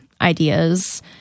ideas